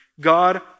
God